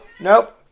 Nope